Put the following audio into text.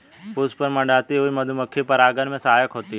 पुष्प पर मंडराती हुई मधुमक्खी परागन में सहायक होती है